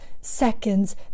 seconds